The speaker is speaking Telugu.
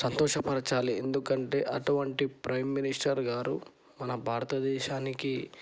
సంతోష పరచాలి ఎందుకంటే అటువంటి ప్రైమ్ మినిస్టర్ గారు మన భారతదేశానికి